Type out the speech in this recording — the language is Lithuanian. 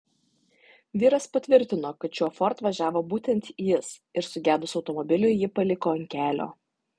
vyras patvirtino kad šiuo ford važiavo būtent jis ir sugedus automobiliui jį paliko ant kelio